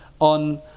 on